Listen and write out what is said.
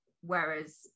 whereas